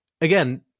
again